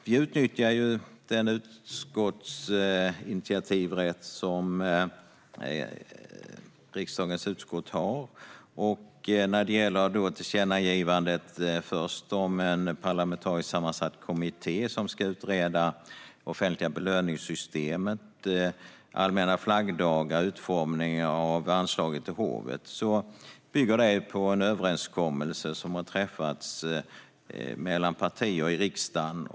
Vi utnyttjar den initiativrätt som riksdagens utskott har. Tillkännagivandet om en parlamentariskt sammansatt kommitté som ska utreda det offentliga belöningssystemet, allmänna flaggdagar och utformningen av anslaget till hovet bygger på en överenskommelse som har träffats mellan partier i riksdagen.